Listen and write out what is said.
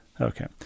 okay